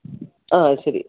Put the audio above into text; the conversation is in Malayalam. ആ അത് ശരി